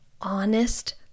honest